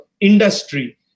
industry